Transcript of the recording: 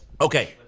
Okay